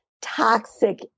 toxic